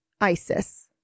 Isis